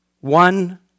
one